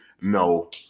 No